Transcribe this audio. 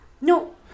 no